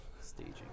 staging